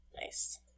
Nice